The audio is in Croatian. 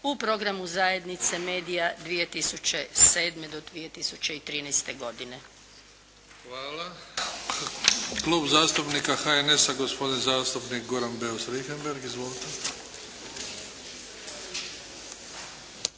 u programu zajednice Media 2007. do 2013. godine.